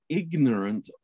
ignorant